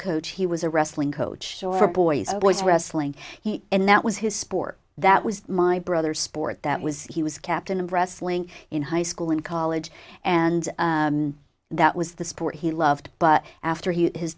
coach he was a wrestling coach for boys boys wrestling and that was his sport that was my brother's sport that was he was captain of wrestling in high school in college and that was the sport he loved but after he